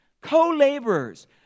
co-laborers